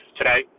today